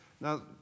Now